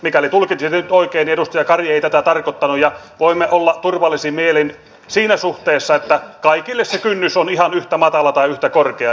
mikäli tulkitsin nyt oikein niin edustaja kari ei tätä tarkoittanut ja voimme olla turvallisin mielin siinä suhteessa että kaikille se kynnys on ihan yhtä matala tai yhtä korkea